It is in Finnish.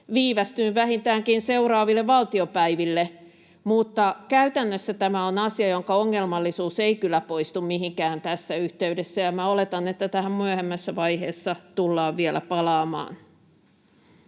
viivästynyt vähintäänkin seuraaville valtiopäiville — mutta käytännössä tämä on asia, jonka ongelmallisuus ei kyllä poistu mihinkään tässä yhteydessä, ja minä oletan, että tähän myöhemmässä vaiheessa tullaan vielä palaamaan.